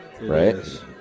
Right